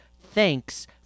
Thanks